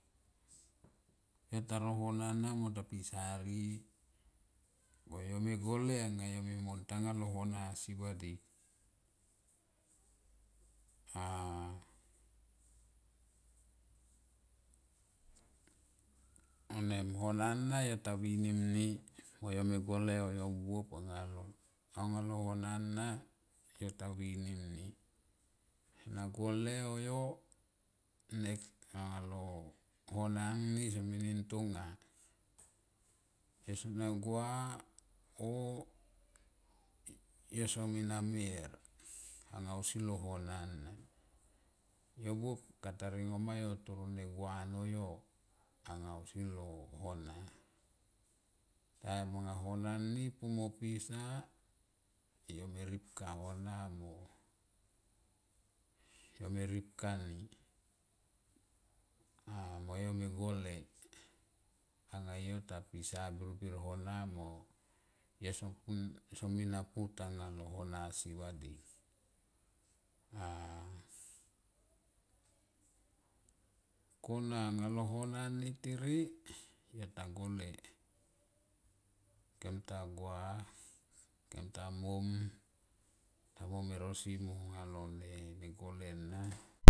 Yo taro hona na mo ta pisa rie koyome gole anga yo mo tango lo hona si vadik a vanem hona na yo ta vinim ni mo yo me gole o yo buop anga lo hona na yo ta vinim ni na gole on yonek o lo hona ni somini tonga yo sona gua yo somina mer anga ausi lo nona na yo buop kata ngo ma yo toro ne gua no yo anga ausi lo hona. Time anga nona mi pu mo pisa yo me ripka hona mo yome ripka ni a mo yo me gole anga yo ta pisa larbir hona mo yoso pu somina na putanga la hona si vadik kona nga lo hona ni tere yota gole kem ta gua kem to mom ta mom e rosi manga la ne gole na.